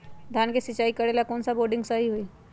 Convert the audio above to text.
धान के सिचाई करे ला कौन सा बोर्डिंग सही होई?